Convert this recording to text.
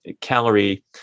calorie